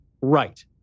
right